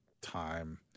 time